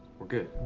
we're good.